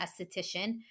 esthetician